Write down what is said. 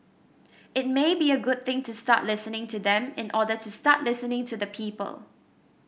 it may be a good thing to start listening to them in order to start listening to the people